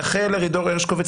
רחל ארידור הרשקוביץ,